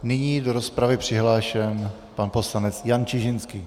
Nyní je do rozpravy přihlášen pan poslanec Jan Čižinský.